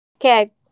Okay